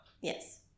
Yes